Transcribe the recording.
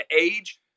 age